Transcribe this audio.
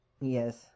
Yes